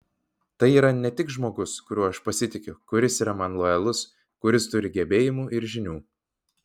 tai yra ne tik žmogus kuriuo aš pasitikiu kuris yra man lojalus kuris turi gebėjimų ir žinių